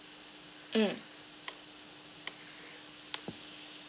mm